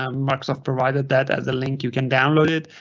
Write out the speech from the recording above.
um microsoft provided that as a link, you can download it.